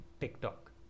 TikTok